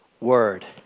word